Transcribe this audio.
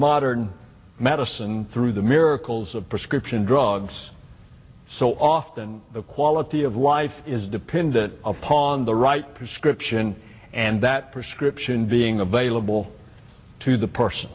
modern medicine through the miracles of prescription drugs so often the quality of life is dependent upon the right prescription and that prescription being available to the person